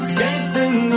Skating